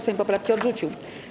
Sejm poprawki odrzucił.